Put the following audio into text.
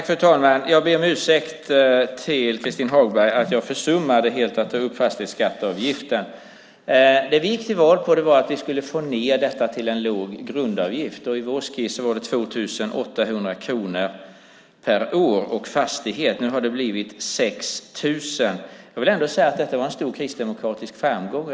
Fru talman! Jag ber om ursäkt till Christin Hagberg att jag helt försummade att ta upp fastighetsavgiften. Det vi gick till val på var att vi skulle få ned detta till en låg grundavgift. I vår skiss var det 2 800 kronor per år och fastighet. Nu har det blivit 6 000 kronor. Jag vill ändå säga att detta var en stor kristdemokratisk framgång.